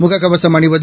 முக கவசம் அணிவது